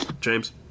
james